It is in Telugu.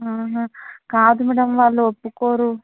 కాదు మ్యాడమ్ వాళ్ళు ఒప్పుకోరు